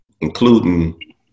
including